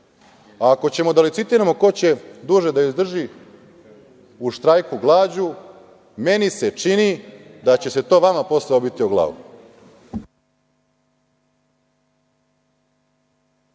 ćemo da licitiramo ko će duže da izdrži u štrajku glađu, meni se čini da će se to vama posle obiti o glavu.